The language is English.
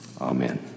Amen